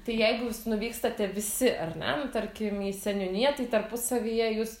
tai jeigu jūs nuvykstate visi ar ne nu tarkim į seniūniją tai tarpusavyje jūs